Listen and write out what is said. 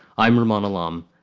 i'm ramona lamb.